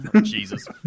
Jesus